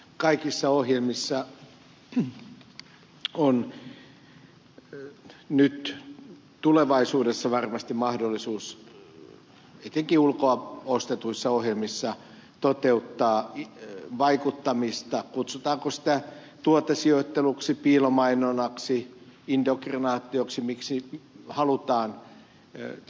kaikissa ohjelmissa on nyt tulevaisuudessa varmasti mahdollisuus etenkin ulkoa ostetuissa ohjelmissa toteuttaa vaikuttamista kutsutaanko sitä tuotesijoitteluksi piilomainonnaksi indoktrinaatioksi miksi halutaan